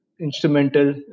instrumental